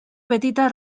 petita